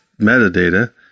metadata